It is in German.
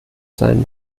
seinen